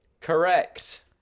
Correct